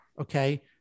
okay